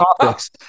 topics